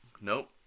Nope